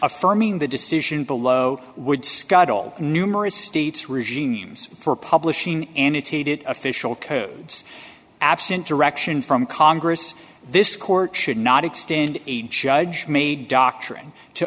affirming the decision below would scuttle numerous states regimes for publishing annotated official codes absent direction from congress this court should not extend a judge may doctrine to